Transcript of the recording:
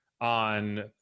on